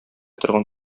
торган